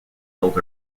built